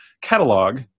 catalog